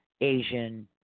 Asian